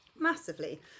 Massively